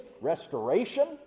restoration